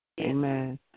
Amen